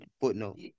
footnote